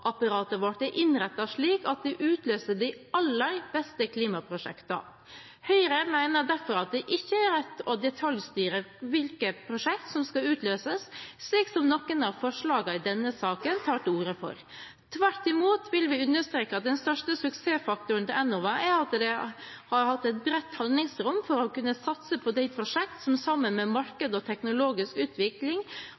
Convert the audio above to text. vårt er innrettet slik at det utløser de aller beste klimaprosjektene. Høyre mener derfor at det ikke er rett å detaljstyre hvilke prosjekter som skal utløses, slik som noen av forslagene i denne saken tar til orde for. Tvert imot vil vi understreke at den største suksessfaktoren til Enova er at de har hatt et bredt handlingsrom for å kunne satse på de prosjekter som sammen med